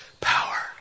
power